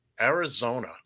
Arizona